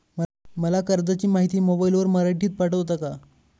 मला कर्जाची माहिती मोबाईलवर मराठीत पाठवता का?